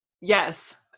Yes